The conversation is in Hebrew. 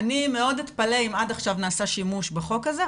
אני מאוד אתפלא אם עד עכשיו נעשה שימוש בחוק הזה,